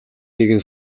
нэгэн